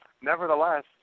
Nevertheless